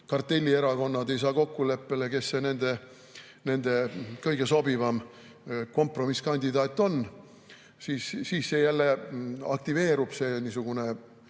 kartellierakonnad ei saa kokkuleppele, kes nende meelest kõige sobivam kompromisskandidaat on. Siis jälle aktiveerub see põhiseaduse